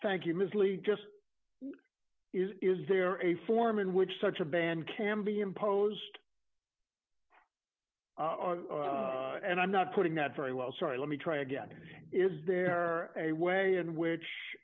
thank you ms lee just is is there a form in which such a ban can be imposed are and i'm not putting that very well sorry let me try again is there anywhere in which